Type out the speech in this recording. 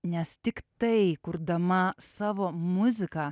nes tiktai kurdama savo muziką